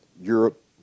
Europe